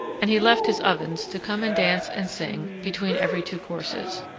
and he left his ovens to come and dance and sing between every two courses.